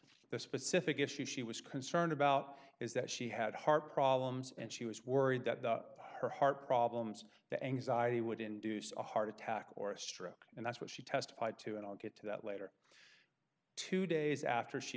specific issue she was concerned about is that she had heart problems and she was worried that her heart problems the anxiety would induce a heart attack or a stroke and that's what she testified to and i'll get to that later two days after she